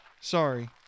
Sorry